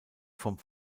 vom